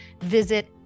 visit